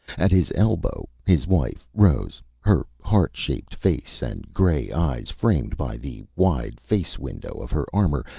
at his elbow, his wife, rose, her heart-shaped face and grey eyes framed by the wide face-window of her armor,